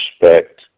respect